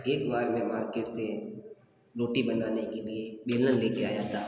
एक बार मैं मार्केट से रोटी बनाने के लिए बेलन लेके आया था